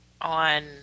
on